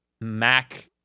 Mac